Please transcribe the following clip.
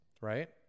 right